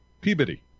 Peabody